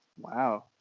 wow